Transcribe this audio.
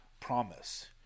promise